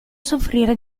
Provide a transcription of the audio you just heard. soffrire